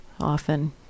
often